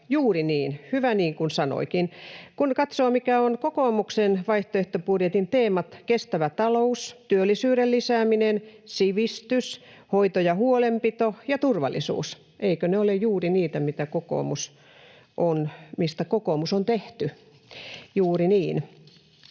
Juuri niin, hyvä niin, mitä hän sanoi. Kun katsoo, mitkä ovat kokoomuksen vaihtoehtobudjetin teemat — kestävä talous, työllisyyden lisääminen, sivistys, hoito ja huolenpito ja turvallisuus — niin eivätkö ne ole juuri niitä, mistä kokoomus on tehty? Juuri niin.